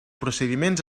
procediments